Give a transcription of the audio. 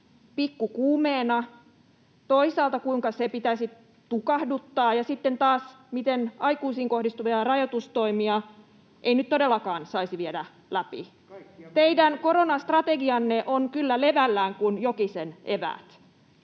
pikku kuumeena, toisaalta kuinka se pitäisi tukahduttaa, ja sitten taas miten aikuisiin kohdistuvia rajoitustoimia ei nyt todellakaan saisi vielä läpi. Teidän koronastrategianne on kyllä levällään kuin Jokisen eväät: